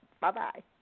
Bye-bye